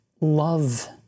love